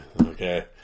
Okay